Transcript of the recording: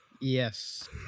Yes